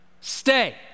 stay